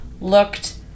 looked